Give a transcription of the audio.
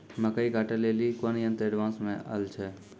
मकई कांटे ले ली कोनो यंत्र एडवांस मे अल छ?